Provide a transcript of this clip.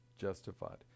justified